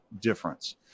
difference